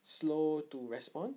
slow to respond